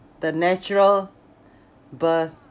the natural birth